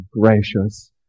gracious